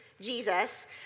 Jesus